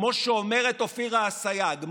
כמו שאומרת אופירה אסייג,